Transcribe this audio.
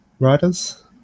writers